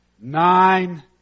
Nine